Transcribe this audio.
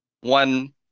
one